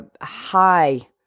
high